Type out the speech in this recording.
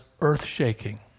earth-shaking